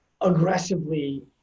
aggressively